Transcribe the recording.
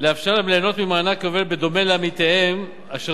לאפשר להם ליהנות ממענק יובל בדומה לעמיתיהם אשר